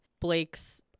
Blake's